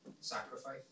sacrifice